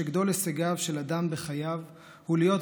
שגדול הישגיו של אדם בחייו הוא להיות,